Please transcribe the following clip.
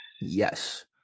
yes